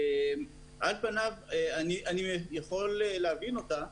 על פניו אני יכול להבין אותה,